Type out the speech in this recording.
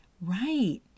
right